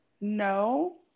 No